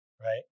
right